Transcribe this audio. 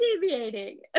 deviating